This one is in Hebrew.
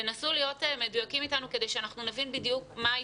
תנסו להיות מדויקים אתנו כדי שנבין בדיוק מהי